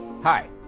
Hi